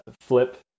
flip